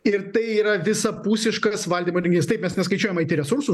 ir tai yra visapusiškas valdymo įrenginys taip mes neskaičiuojam resursų